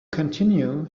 continue